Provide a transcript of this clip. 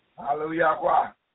Hallelujah